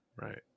right